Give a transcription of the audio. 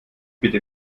bitte